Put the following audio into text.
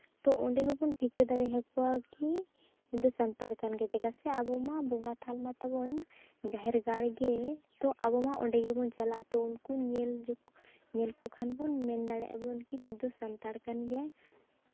ᱛᱚ ᱚᱸᱰᱮ ᱦᱚᱸᱵᱚᱱ ᱴᱷᱤᱠᱟᱹ ᱫᱟᱲᱮ ᱟᱠᱚᱣᱟ ᱠᱤ ᱱᱩᱭ ᱫᱚ ᱥᱟᱱᱛᱟᱲ ᱠᱟᱱ ᱜᱮᱭᱟᱭ ᱪᱮᱫᱟᱜ ᱥᱮ ᱟᱵᱚ ᱢᱟ ᱵᱚᱸᱜᱟ ᱛᱷᱟᱱ ᱢᱟᱛᱟᱵᱚᱱ ᱡᱟᱦᱮᱨ ᱜᱟᱲᱜᱮ ᱛᱳ ᱟᱵᱚ ᱢᱟ ᱚᱸᱰᱮ ᱜᱮᱵᱚᱱ ᱪᱟᱞᱟᱜᱼᱟ ᱛᱳ ᱩᱱᱠᱩ ᱧᱮᱞ ᱡᱚᱠᱷᱚᱱ ᱧᱮᱞ ᱠᱚᱠᱷᱟᱱ ᱵᱚᱱ ᱢᱮᱱ ᱫᱟᱲᱮᱭᱟᱜᱼᱟ ᱵᱚᱱ ᱠᱤ ᱱᱩᱭ ᱫᱚ ᱥᱟᱱᱛᱟᱲ ᱠᱟᱱ ᱜᱮᱭᱟᱭ